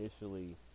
initially